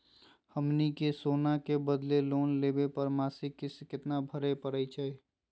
हमनी के सोना के बदले लोन लेवे पर मासिक किस्त केतना भरै परतही हे?